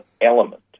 element